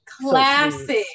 Classic